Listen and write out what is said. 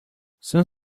cinq